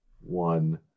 one